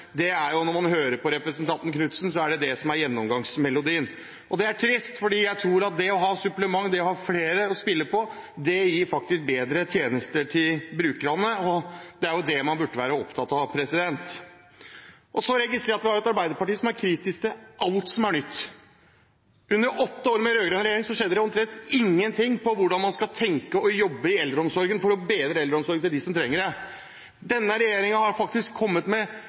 flott og fint. Når man hører på representanten Knutsen, er det det som er gjennomgangsmelodien. Det er trist, for jeg tror at det å ha et supplement, det å ha flere å spille på, faktisk gir bedre tjenester til brukerne, og det er det man burde være opptatt av. Så registrerer jeg at vi har et arbeiderparti som er kritisk til alt som er nytt. Under åtte år med rød-grønn regjering skjedde det omtrent ingenting når det gjelder hvordan man skal tenke og jobbe i eldreomsorgen for å bedre eldreomsorgen til dem som trenger det. Denne regjeringen har faktisk kommet med